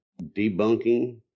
debunking